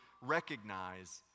recognize